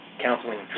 counseling